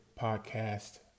podcast